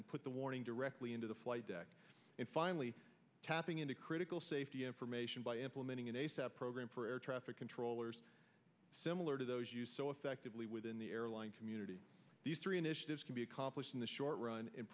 kazim put the warning directly into the flight deck and finally tapping into critical safety information by implementing a step program for air traffic controllers similar to those use so effectively within the airline community these three initiatives can be accomplished in the short run and